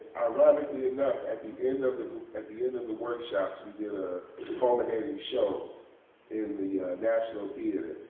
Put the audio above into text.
ironically enough, at the end of the at the end of the workshops we did a culminating show in the national theater.